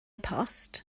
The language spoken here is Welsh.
post